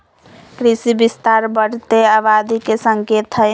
कृषि विस्तार बढ़ते आबादी के संकेत हई